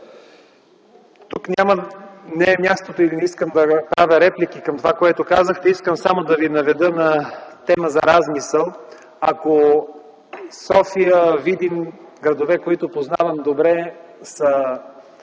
тук не е мястото и не искам да правя реплики към това, което казахте. Искам само да Ви наведа на тема за размисъл. Ако София, Видин - градове, които познавам добре, са